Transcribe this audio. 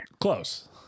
close